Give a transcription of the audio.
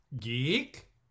Geek